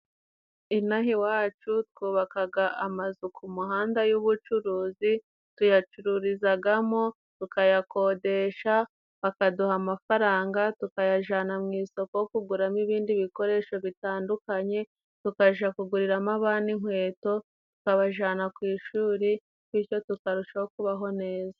Inaha iwacu twubakaga amazu ku muhanda y'ubucuruzi, tuyacururizagamo, tukayakodesha, bakaduha amafaranga tukayajana mu isoko kuguramo ibindi bikoresho bitandukanye, tukaja kuguriramo abana inkweto, tukabajana ku ishuri, bityo tukarushaho kubaho neza.